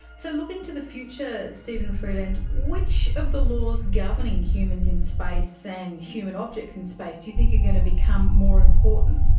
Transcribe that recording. so looking to the future, steven freeland, which of the laws governing humans in space and human objects in space do you think are going to become more important?